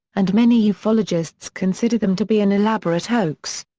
and many yeah ufologists consider them to be an elaborate hoax.